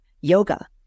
yoga